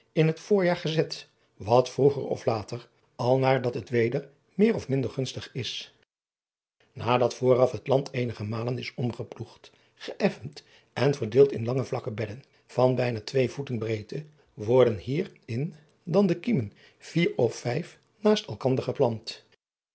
in het voorjaar gezet wat vroeger of later al naar dat het weder meêr of minder gunstig is adat vooraf het land eenige malen is omgeploegd geëffend en verdeeld in lange vlakke bedden van bijna twee voeten breedte worden hier in dan de kiemen vier of vijf naast elkander geplant